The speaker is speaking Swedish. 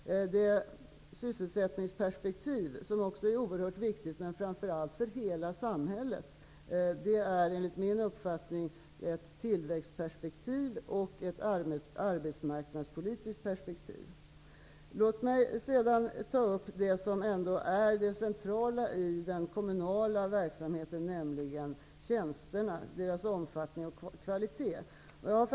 Sysselsättningsperspektivet är oerhört viktigt för hela samhället. Men enligt min mening är det också viktigt med ett tillväxtperspektiv och ett arbetsmarknadspolitiskt perspektiv. Låt mig ta upp den fråga som är central i den kommunala verksamheten, nämligen omfattningen och kvaliteten på tjänsterna.